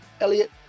Elliot